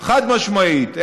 חד-משמעית.